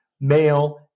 male